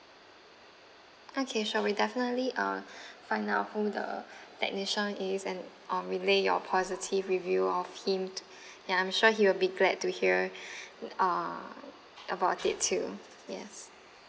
okay sure we'll definitely uh find out who the technician is and um relay your positive review of him ya I'm sure he'll be glad to hear uh about it too yes